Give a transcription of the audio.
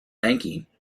banking